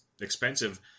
expensive